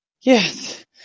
yes